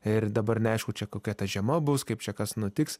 ir dabar neaišku čia kokia ta žiema bus kaip čia kas nutiks